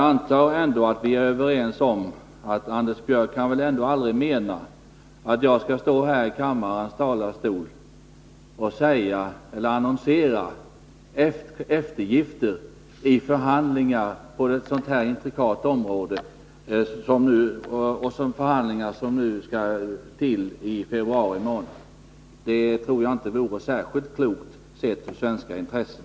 Anders Björck kan väl ändå inte mena att jag skall stå här i riksdagens talarstol och annonsera eftergifter i de förhandlingar som skall äga rum i februari månad och som gäller ett mycket intrikat område. Jag tror inte att det vore särskilt klokt med tanke på svenska intressen.